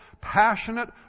passionate